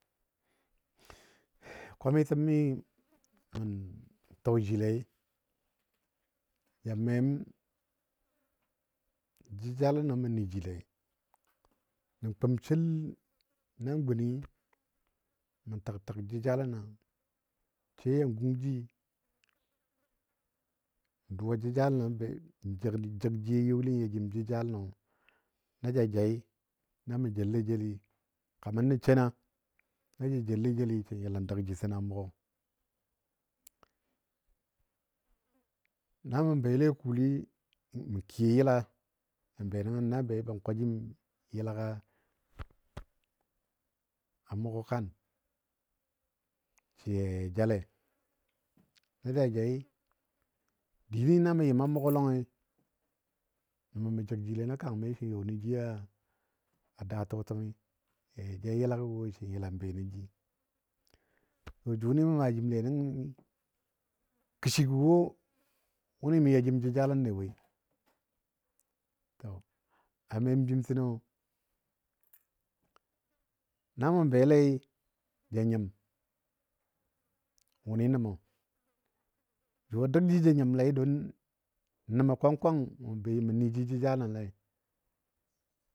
kwamitəni mə tɔɔjilei ja mem jəjalanə mə nəjile, nə kumsil nan gunni mə təgtəg jəjalənɔ sai yan gun ji, n duwa jəjalənɔ jəg ji a youli ya jim jəjaləno, na ja jai nə mə jəllei jeli kaman nə shena na jə jelle jeli sən yəla dəgji təno a mugo. Na mə bele kuuli mə kiyo yɨla sən be nəngən, nan bei ban kwa jim yɨlagɔ a mʊgo kan sə ya ja jale. Na ja jai dini na mə yɨm a mʊgɔ lɔngi, nəmə mə jəg ji nən kang mi sən yɔnən ji a daa tɔɔtəmi, ya ja ja yɨlaga woi sən yəlan be nən ji. Jʊni mə maa jimle) kəshigɔ wo wʊni mə ya jim jəjalənle woi. To a mem jim tino na mə belei, ja nyim wʊni nəmə. Jʊ a dəg ji jə nyimle don nəmə kwang kwang mə nəji jəjalənɔlei.